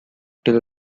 till